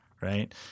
right